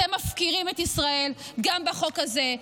אתם מפקירים את ישראל גם בחוק הזה,